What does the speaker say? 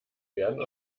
werden